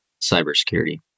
cybersecurity